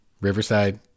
Riverside